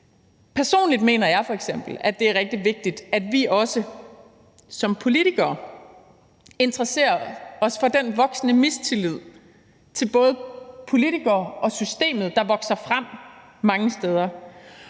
Personligt mener jeg f.eks., at det er rigtig vigtigt, at vi også som politikere interesserer os for den mistillid til både politikere og systemet, der vokser frem mange steder.